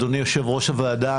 אדוני יושב-ראש הוועדה,